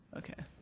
okay.